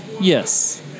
yes